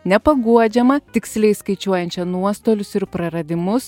nepaguodžiama tiksliai skaičiuojančią nuostolius ir praradimus